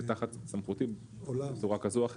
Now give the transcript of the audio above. תחת סמכותי בצורה כזו או אחרת,